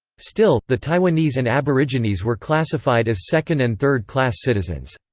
still, the taiwanese and aborigines were classified as second and third-class citizens.